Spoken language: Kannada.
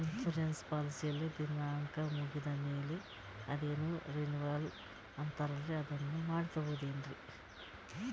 ಇನ್ಸೂರೆನ್ಸ್ ಪಾಲಿಸಿಯ ದಿನಾಂಕ ಮುಗಿದ ಮೇಲೆ ಅದೇನೋ ರಿನೀವಲ್ ಅಂತಾರಲ್ಲ ಅದನ್ನು ಮಾಡಿಸಬಹುದೇನ್ರಿ?